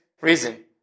reason